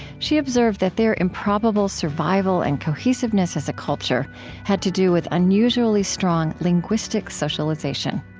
she observed that their improbable survival and cohesiveness as a culture had to do with unusually strong linguistic socialization.